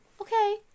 Okay